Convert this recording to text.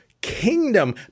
kingdom